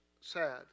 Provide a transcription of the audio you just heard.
sad